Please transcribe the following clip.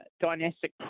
Dynastic